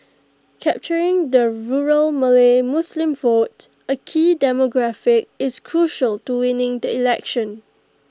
capturing the rural Malay Muslim vote A key demographic is crucial to winning the election